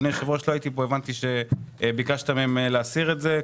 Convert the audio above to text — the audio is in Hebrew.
הבנתי שביקשת מהם להסיר את זה.